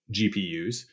GPUs